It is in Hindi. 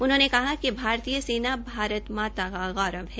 उन्होंने कहा कि भारतीय सेना भारत माता की गौरव है